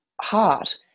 heart